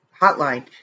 hotline